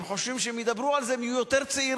הם חושבים שאם ידברו על זה, הם יהיו יותר צעירים,